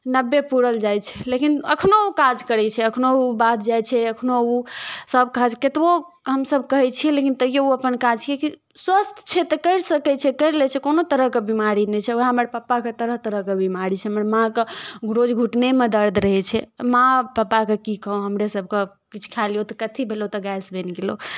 नब्बे पूरल जाइ छै लेकिन अखनो ओ काज करै छै अखनो ओ बाध जाइ छै अखनो ओ सब काज कतबो हमसब कहै छियै लेकिन तहियो ओ अपन काज किएकि स्वस्थ छै तऽ करि सकै छै करि लै छै कोनो तरहक बीमारी नहि छै वएह हमर पप्पाके तरह तरहके बीमारी छै हमर माँके रोज घुटनेमे दर्द रहै छै माँ आ पप्पाके की कहब हमरे सबके किछु खा लियो तऽ कथी भेलौ तऽ गैस बनि गेलौं